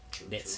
true true